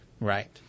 Right